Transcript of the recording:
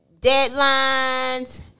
deadlines –